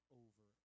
over